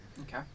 Okay